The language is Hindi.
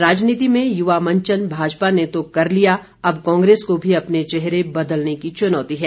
राजनीति में यूवा मंचन भाजपा ने तो कर लिया अब कांग्रेस को भी अपने चेहरे बदलने की चुनौती है